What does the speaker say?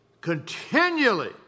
continually